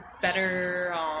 better